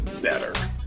better